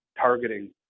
targeting